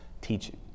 teaching